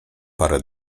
parę